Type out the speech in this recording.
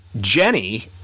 Jenny